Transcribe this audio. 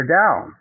down